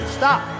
stop